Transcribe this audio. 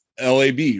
lab